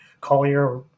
Collier